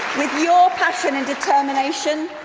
with your passion and determination,